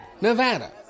Nevada